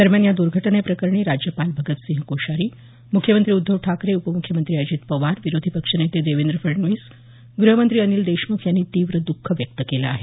दरम्यान या दर्घटनेप्रकरणी राज्यपाल भगतसिंग कोश्यारी मुख्यमंत्री उद्धव ठाकरे उपम्ख्यमंत्री अजित पवार विरोधी पक्ष नेते देवेंद्र फडणवीस ग्रहमंत्री अनिल देशमुख यांनी तीव्र दुःख व्यक्त केलं आहे